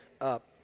up